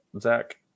Zach